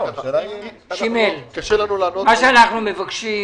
שימל, מה שאנחנו מבקשים,